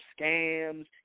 scams